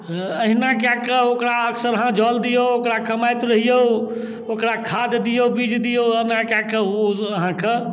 हऽ एहिना कऽ कऽ ओकरा अकसरहँ जल दिऔ ओकरा कमाइत रहिऔ ओकरा खाद दिऔ बीज दिऔ ओना कऽ कऽ ओ अहाँके